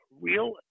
real